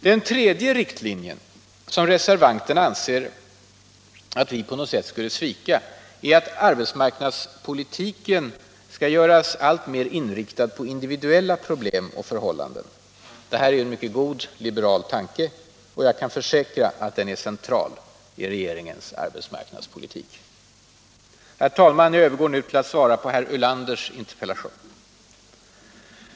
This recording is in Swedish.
Den tredje riktlinjen som reservanterna anser att regeringen på något sätt sviker är att arbetsmarknadspolitiken skall göras alltmer inriktad på individuella problem och förhållanden. Detta är en god liberal tanke, och jag kan försäkra att den är central i regeringens arbetsmarknadspolitik. Herr talman! Jag övergår nu till att svara på herr Ulanders interpellation.